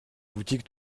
boutique